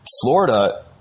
Florida